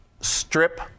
strip